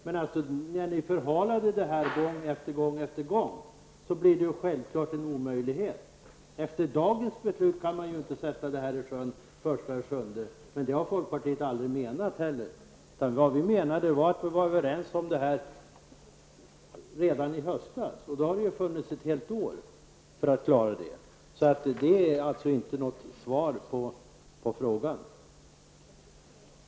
Men i och med att detta gång efter gång förhalades blir det självfallet en omöjlighet. Efter dagens beslut kan man inte sätta detta i sjön den 1 juli. Men det har folkpartiet heller aldrig menat, utan vad vi menade var att vi var överens om detta redan i höstas. Det har alltså funnits ett helt år för att klara av detta. Doris Håvik har alltså inte givit något svar på min fråga.